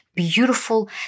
Beautiful